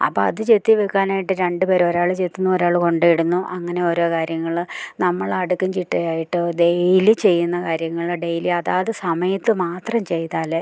അപ്പം അത് ചെത്തി വെക്കാനായിട്ട് രണ്ടു പേർ ഒരാൾ ചെത്തുന്നു ഒരാൾ കൊണ്ടു പോയിടുന്നു അങ്ങനെ ഓരോ കാര്യങ്ങൾ നമ്മളടുക്കും ചിട്ടയായിട്ട് ഡെയ്ലി ചെയ്യുന്ന കാര്യങ്ങൾ ഡെയ്ലി അതാത് സമയത്ത് മാത്രം ചെയ്താലേ